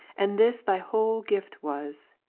and this thy whole gift was,